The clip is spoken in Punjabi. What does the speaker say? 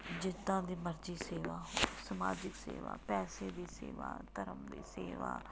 ਜਿੱਦਾਂ ਦੀ ਮਰਜ਼ੀ ਸੇਵਾ ਸਮਾਜਿਕ ਸੇਵਾ ਪੈਸੇ ਦੀ ਸੇਵਾ ਧਰਮ ਦੀ ਸੇਵਾ